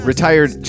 Retired